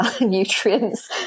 nutrients